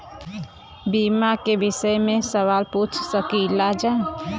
बीमा के विषय मे सवाल पूछ सकीलाजा?